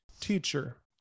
teacher